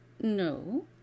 No